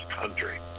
country